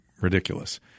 ridiculous